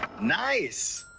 nice.